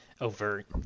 overt